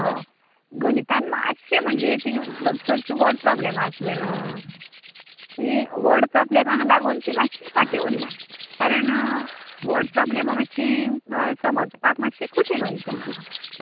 हय गणितान मातशें म्हमजे तीं च् चडशीं वड प्रॉब्लॅमां आसलीं न्हय तीं वड प्रॉब्लॅमांक लागून तीं मातशें फाटीं उल्लां कारण वड प्रॉब्लॅमां मातशें म् समजपाक मातशें कठीन वयता